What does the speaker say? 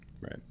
Right